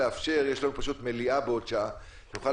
יש לנו ישיבת מליאה בעוד שעה על מנת שנוכל